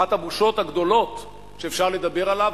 אחת הבושות הגדולות שאפשר לדבר עליהן,